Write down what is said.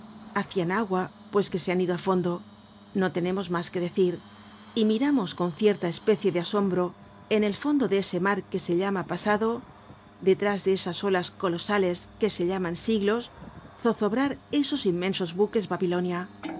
condenadas hacian agua pues que se han ido á fondo no tenemos mas que decir y miramos con cierta especie de asombro en el fondo de ese mar que se llama pasado detrás de esas olas colosales que se llaman siglos zozobrar esos inmensos buques babilonia